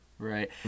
Right